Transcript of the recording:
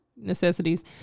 necessities